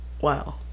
wow